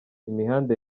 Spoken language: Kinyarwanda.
imihanda